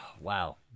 wow